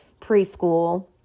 preschool